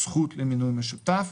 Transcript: זכות למינוי משותף).